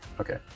Okay